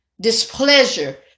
displeasure